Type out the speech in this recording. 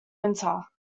winter